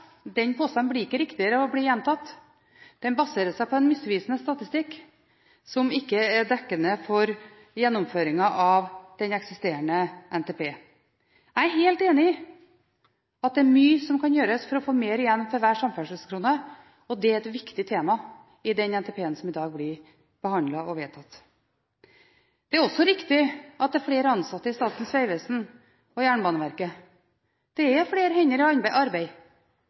Den påstanden blir ikke riktigere av å bli gjentatt. Den baserer seg på en misvisende statistikk, som ikke er dekkende for gjennomføringen av den eksisterende NTP. Jeg er helt enig i at det er mye som kan gjøres for å få mer igjen for hver samferdselskrone, og det er et viktig tema i den NTP-en som i dag behandles og blir vedtatt. Det er også riktig at det er flere ansatte i Statens vegvesen og i Jernbaneverket. Det er flere hender i arbeid.